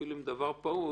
אפילו על דבר פעוט,